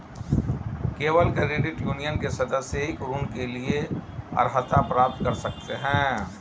केवल credit union के सदस्य ही ऋण के लिए अर्हता प्राप्त कर सकते हैं